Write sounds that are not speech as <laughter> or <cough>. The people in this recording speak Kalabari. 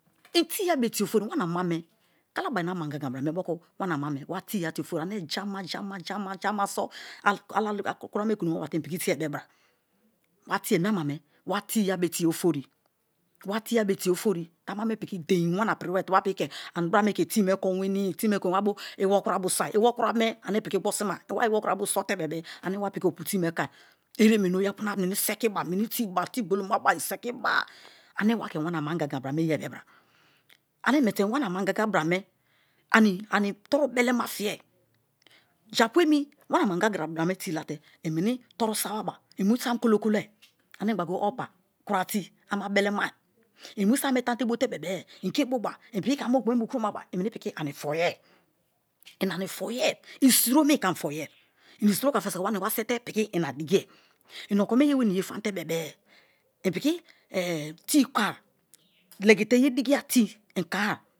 I̠ teē ya be tēe ōfōri wana ama e. Kalabari̠ na amangaga bra me mo̠ku̠ wana amame wa tēē ya tēe ōfōri ane jein ama, jei̠n ama so̠ alalibo kura me kulomabate i piki tēē bra wa tēe̠ mie ama me wa tēē ya be tēē ōfōri. Wa tēē ya be tēē ofōri te̠ ama me piki dein wana piriwee te wa piki ke ani bra me ke tēē me kon weni̠i tēē me kon weni̠i wabo iwo̠ kurabo soi, iwo kura me ane piki gbosima te wa iwo kura bo so te bebe-e ane wa piki opu tēē me kon. Ereme na. Oyapu na meni sekiba meni tēē ba tēē gbolomaba i̠ sekiba, ane wa ke wana ama gmangaga bra me ye be bra ane miete wani amangaga bra me ani torubelema fiye japu̠ emi wana amangaga bra tēē late̠e i meni toru sawaba isam kōlō-e̠ aneme gba goge-e o̠ pa kura tēē ama belemai i mu isam me tari te bete bebe-e i ke boba, i̠ piki ke ama ogbo me bro kuromaba, i me̠ni̠ pi̠ki̠ ani foiye i ani fo̠iye, isirō me i ke ani foiye i isirō ke ani ofiye saki wani wa sete piki ina dikiye i okome yeweni̠i̠ ye fam-te bebe-e i̠ piki <hesitation> tēē kon, legite ye digia tēē i kōn-e